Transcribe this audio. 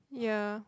ya